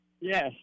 Yes